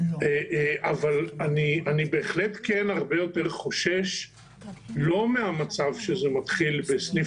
אבל אני בהחלט כן הרבה יותר חושש לא מהמצב שזה מתחיל בסניף